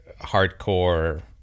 hardcore